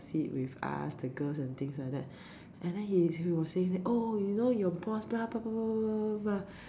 gossip with us the girls and the things like that and then he was saying that oh you know your boss